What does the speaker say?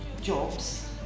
jobs